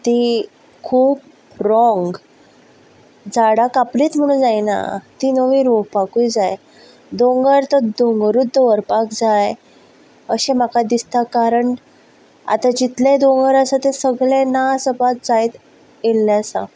ती खूब रोंग झाडां कापलींच म्हणून जायना तीं नवी रोवपाकय जाय दोंगर तो दोंगरच दवरपाक जाय अशें म्हाका दिसता कारण आतां जितले दोंगर आसा ते सगळें नासपात जायत गेल्ले आसा